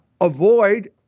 avoid